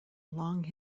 long